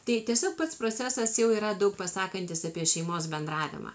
tai tiesiog pats procesas jau yra daug pasakantis apie šeimos bendravimą